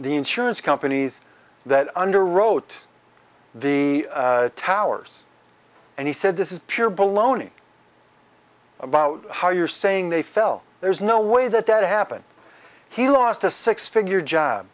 the insurance companies that underwrote the towers and he said this is pure baloney about how you're saying they fell there's no way that that happened he lost a six figure job